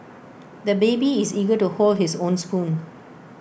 the baby is eager to hold his own spoon